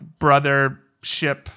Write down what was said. brothership